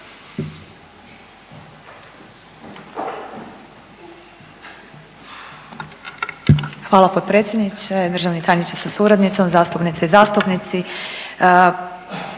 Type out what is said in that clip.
potpredsjedniče, državni tajniče sa suradnicom, kolegice i kolege zastupnici.